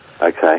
Okay